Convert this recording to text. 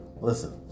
Listen